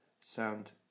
sound